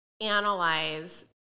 analyze